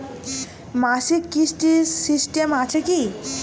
মাসিক কিস্তির সিস্টেম আছে কি?